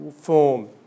form